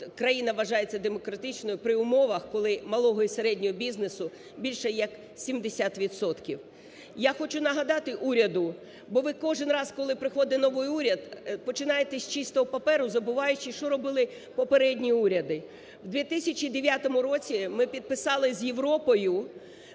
країна вважається демократичною при умовах, коли малого і середнього бізнесу більше як 70 відсотків. Я хочу нагадати уряду, бо ви кожен раз, коли приходить новий уряд, починаєте з чистого паперу, забуваючи, що робили попередні уряди. У 2009 році ми підписали з Європою